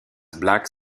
black